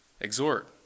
exhort